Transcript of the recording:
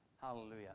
Hallelujah